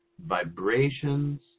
vibrations